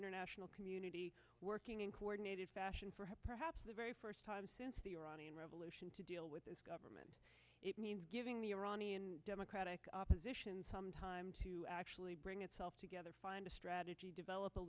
international community working in coordinated fashion for her perhaps the very first time since the iranian revolution to deal with the government giving the iranian democratic opposition some time to actually bring itself together find a strategy develop